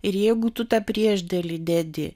ir jeigu tu tą priešdėlį dedi